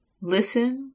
listen